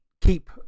keep